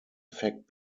fact